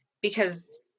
because-